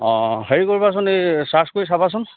অঁ হেৰি কৰিবাচোন এই ছাৰ্চ কৰি চাবাচোন